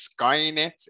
Skynet